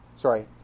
Sorry